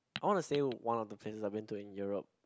I want to say one of the places I've been to in Europe